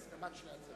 בהסכמת שני הצדדים.